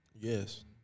Yes